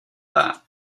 that